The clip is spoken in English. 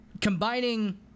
combining